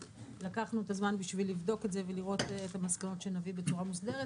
לקחנו את הזמן בשביל לבדוק את זה ולראות את המסקנות שנביא בצורה מוסדרת.